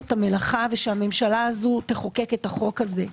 את המלאכה ושהממשלה הזו תחוקק את החוק הזה,